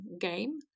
game